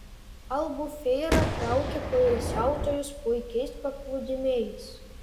albufeira traukia poilsiautojus puikiais paplūdimiais